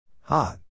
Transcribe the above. Hot